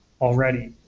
already